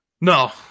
No